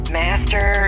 master